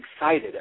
excited